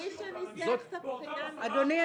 מי שניסח את הבחינה --- באותן עשר השאלות --- אדוני,